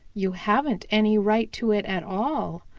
you haven't any right to it at all.